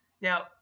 Now